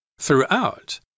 Throughout